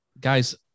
Guys